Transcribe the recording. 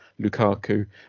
Lukaku